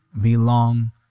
belong